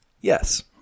Yes